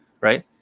right